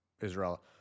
Israel